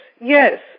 yes